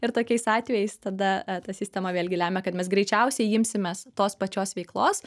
ir tokiais atvejais tada ta sistema vėlgi lemia kad mes greičiausiai imsimės tos pačios veiklos